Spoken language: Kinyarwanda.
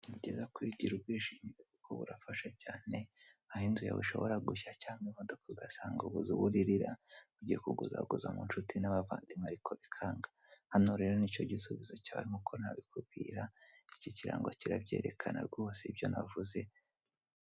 Ni byiza kwigirira ubwishingizi kuko burafasha cyane aho inzu yawe ishobora gushya cyangwa imodoka, ugasanga ubuze uwo uririra ugiye kuguza guza mu nshuti n'abavandimwe ariko bikanga hano rero nicyo gisubizo cyawe nkuko nabikubwira iki kirango kirabyerekana rwose ibyo navuze.